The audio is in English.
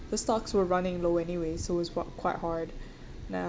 the stocks were running low anyway so it was quite hard uh